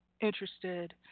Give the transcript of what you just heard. interested